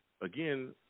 again